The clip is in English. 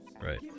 right